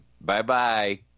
Bye-bye